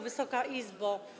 Wysoka Izbo!